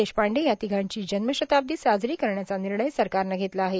देशपांडे या तिघांची जन्मशताब्दी साजरी करण्याचा निर्णय सरकारनं घेतला आहे